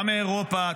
גם מאירופה,